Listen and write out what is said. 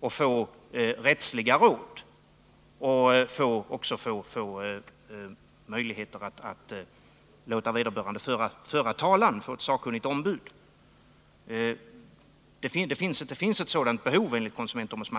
när de vill ha råd i rättsliga frågor. Patientombudsmannen kan i egenskap av sakkunnigt ombud även föra patientens talan. Enligt konsumentombudsmannen finns det ett sådant behov.